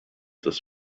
this